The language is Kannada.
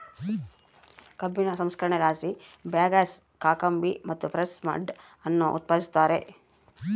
ಕಬ್ಬಿನ ಸಂಸ್ಕರಣೆಲಾಸಿ ಬಗ್ಯಾಸ್, ಕಾಕಂಬಿ ಮತ್ತು ಪ್ರೆಸ್ ಮಡ್ ಅನ್ನು ಉತ್ಪಾದಿಸುತ್ತಾರೆ